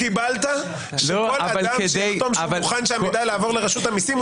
קיבלת שכל אדם שיחתום שהוא מוכן שהמידע יעבור לרשות המיסים,